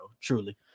Truly